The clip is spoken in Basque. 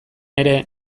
ere